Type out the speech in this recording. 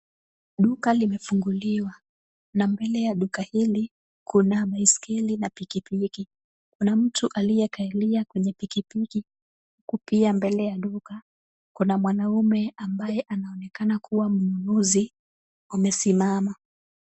Duka limefunguliwa na mbele ya duka hili, kuna baisikeli na pikipiki kuna mtu aliyekalia kwenye pikipiki huku pia mbele ya duka kuna mwanamume ambaye anaonekana kuwa mnunuzi, amesimama.